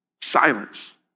silence